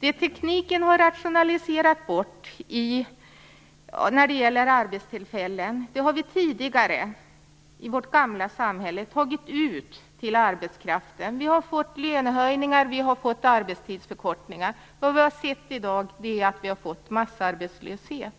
Det tekniken har rationaliserat bort form av arbetstillfällen delade vi tidigare, i vårt gamla samhälle, ut till arbetskraften. Vi fick lönehöjningar och arbetstidsförkortningar. I dag har vi fått massarbetslöshet.